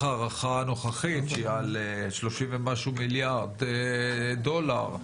ההערכה הנוכחית שהיא על 30 ומשהו מיליארד דולר,